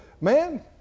man